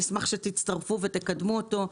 ואני אשמח שתצטרפו ותקדמו אותו.